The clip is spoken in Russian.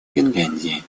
финляндии